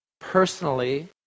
personally